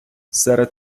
серед